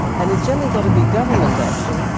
and it's generally got to be government action,